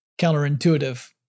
counterintuitive